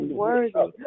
worthy